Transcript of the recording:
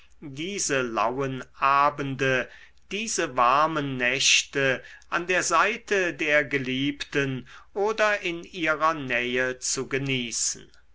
diese lauen abende diese warmen nächte an der seite der geliebten oder in ihrer nähe zu genießen